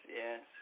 yes